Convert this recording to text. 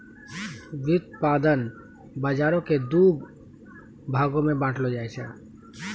व्युत्पादन बजारो के दु भागो मे बांटलो जाय छै